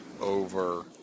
over